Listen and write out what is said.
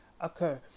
occur